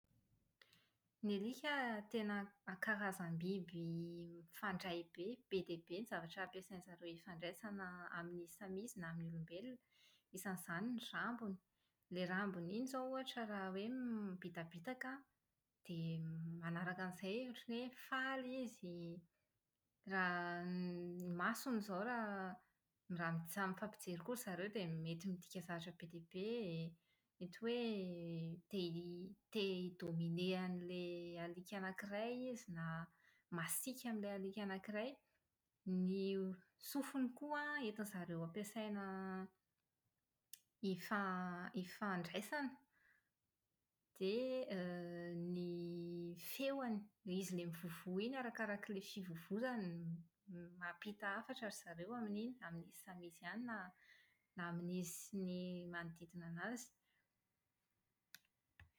Ny alika tena karazam-biby mifandray be. Be dia be ny zavatra ampiasain-dry zareo hifandraisana amin’izy samy izy na amin’ny olombelona, isan’izany ny rambony. Ilay rambony iny izao ohatra raha hoe > mibitabitaka an, dia manaraka an’izay. Ohatra ny hoe faly izy, raha > ny masony izao raha raha mitsam- mifampijery koa ry zareo dia mety midika zavatra be dia be. Mety hoe tia hi- tia hi-dominer an’ilay alika anankiray izy na masiaka amin’ilay alika anankiray. Ny sofiny koa an entin-dry zareo ampiasaina hifan- hifandraisana, dia > ny feony. Ilay izy ilay mivovoa iny arakaraka ilay fivovozany, mampita hafatra ry zareo amin’iny. Na izy samy izy ihany na na amin’izy sy ny manodidina anazy.